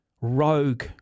rogue